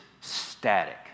static